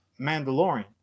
Mandalorian